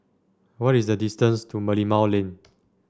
what is the distance to Merlimau Lane